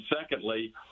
secondly